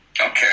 okay